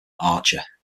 archer